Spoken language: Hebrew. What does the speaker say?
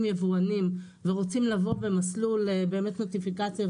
יבואנים ורוצים לבוא במסלול באמת נוטיפיקציה,